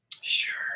Sure